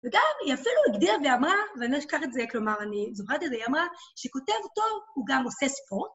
וגם היא אפילו הגדירה ואמרה, ואני לא אשכח את זה, כלומר, אני זוכרת את זה, היא אמרה שכותב טוב הוא גם עושה ספורט.